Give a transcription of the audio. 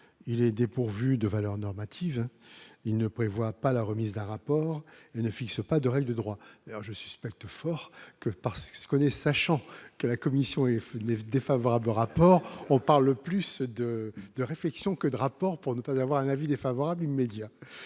il est dépourvu de valeur normative, il ne prévoit pas la remise d'un rapport et ne fixe pas de règles de droit alors je suspecte fort que parce connaît, sachant que la commission effluves défavorable, rapport au par le plus de de réflexion que de rapports pour ne pas d'avoir un avis défavorable immédiat